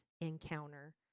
encounter